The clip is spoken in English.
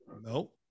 No